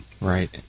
Right